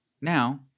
Now